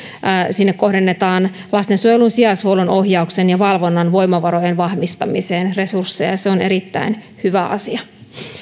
sinne kohdennetaan lastensuojelun sijaishuollon ohjauksen ja valvonnan voimavarojen vahvistamiseen resursseja ja se on erittäin hyvä asia